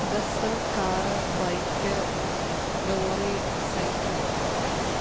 bus car bike lorry cycle